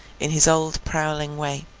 in his old prowling way.